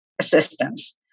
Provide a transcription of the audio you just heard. assistance